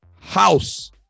House